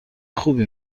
خوبی